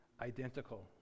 identical